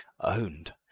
owned